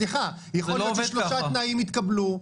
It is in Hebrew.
סליחה, יכול להיות ששלושה תנאים יתקבלו.